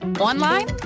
online